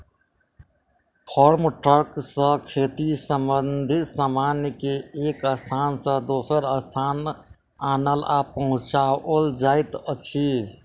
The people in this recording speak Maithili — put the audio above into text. फार्म ट्रक सॅ खेती संबंधित सामान के एक स्थान सॅ दोसर स्थान आनल आ पहुँचाओल जाइत अछि